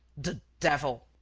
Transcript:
the devil!